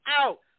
out